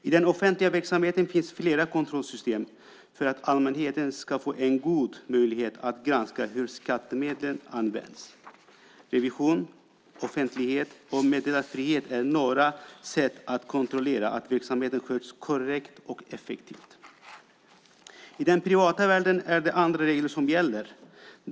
I den offentliga verksamheten finns flera kontrollsystem för att allmänheten ska få en god möjlighet att granska hur skattemedel används. Revision, offentlighet och meddelarfrihet är några sätt att kontrollera att verksamheten sköts korrekt och effektivt. I den privata världen är det andra regler som gäller.